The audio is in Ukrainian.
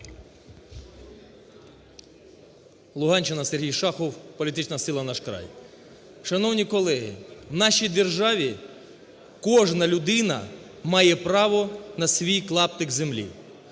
Луганщина, Сергій Шахов, політична сила "Наш край". Шановні колеги, в нашій державі кожна людина має право на свій клаптик землі.